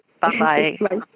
Bye-bye